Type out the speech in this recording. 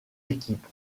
équipe